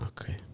Okay